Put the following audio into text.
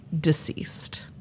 deceased